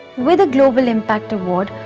with a global impact award,